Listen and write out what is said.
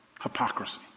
Hypocrisy